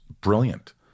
brilliant